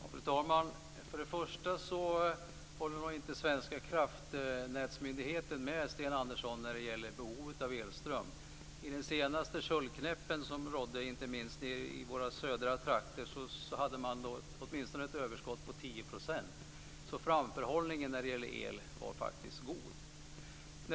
Fru talman! För det första håller nog inte den svenska kraftnätsmyndigheten med Sten Andersson när det gäller behovet av elström. I den senaste köldknäppen, inte minst nere i våra södra trakter, hade man ett överskott på åtminstone 10 %. Framförhållningen när det gäller el var faktiskt god.